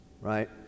right